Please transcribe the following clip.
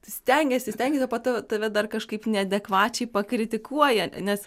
stengiesi stengiesi o po to tave dar kažkaip neadekvačiai pakritikuoja nes